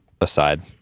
aside